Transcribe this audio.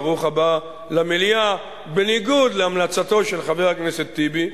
ברוך הבא למליאה - בניגוד להמלצתו של חבר הכנסת טיבי,